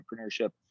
entrepreneurship